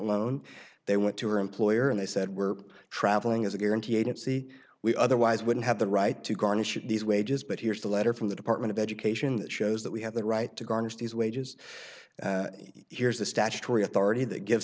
loan they went to her employer and they said we're traveling is a guarantee agency we otherwise wouldn't have the right to garnish your wages but here's the letter from the department of education that shows that we have the right to garnish his wages here's the statutory authority that gives